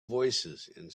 voicesand